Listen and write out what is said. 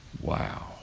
Wow